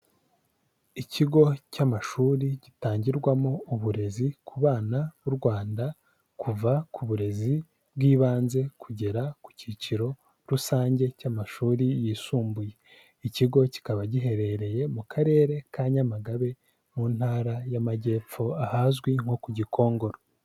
Ikigo cy'amashuri gitangirwamo uburezi ku bana b'u Rwanda kuva ku burezi bw'ibanze kugera ku cyiciro rusange cy'amashuri yisumbuye, ikigo kikaba giherereye mu Karere ka Nyamagabe, mu ntara y'Amajyepfo, ahazwi nko ku Gikongoro.